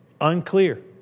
Unclear